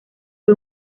fue